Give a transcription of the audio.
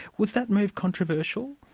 was that move controversial?